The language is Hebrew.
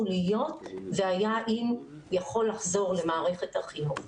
להיות והיה והוא יכול לחזור למערכת החינוך.